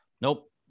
Nope